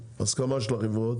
לשכת סוכני הביטוח בועז סטמבלר